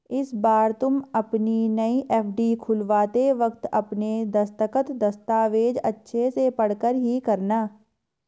इस बार तुम अपनी नई एफ.डी खुलवाते वक्त अपने दस्तखत, दस्तावेज़ अच्छे से पढ़कर ही करना